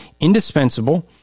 indispensable